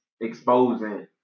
exposing